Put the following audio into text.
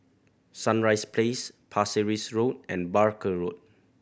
Sunrise Place Pasir Ris Road and Barker Road